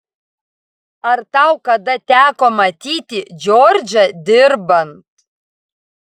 ar tau kada teko matyti džordžą dirbant